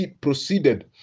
proceeded